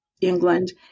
England